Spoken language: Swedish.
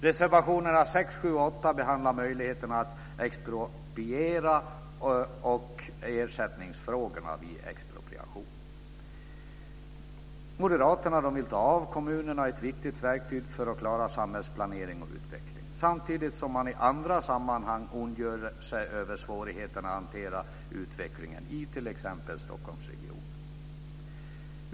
Reservationerna 6, 7 och 8 behandlar möjligheterna att expropriera och ersättningsfrågorna vid expropriation. Moderaterna vill ta av kommunerna ett viktigt verktyg för att klara samhällsplanering och utveckling samtidigt som man i andra sammanhang ondgör sig över svårigheten att hantera utvecklingen i t.ex. Stockholmregionen.